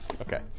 Okay